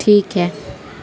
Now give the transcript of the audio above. ٹھیک ہے